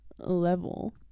level